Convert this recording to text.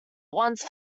once